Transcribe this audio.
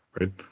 right